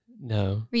No